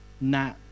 Nat